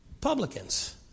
Publicans